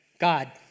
God